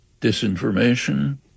disinformation